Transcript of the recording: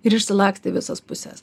ir išsilakstė į visas puses